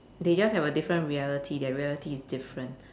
they just have a different reality their reality is different